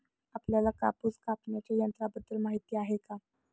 आपल्याला कापूस कापण्याच्या यंत्राबद्दल माहीती आहे का?